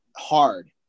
hard